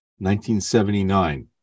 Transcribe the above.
1979